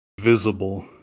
visible